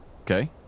okay